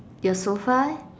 your sofa eh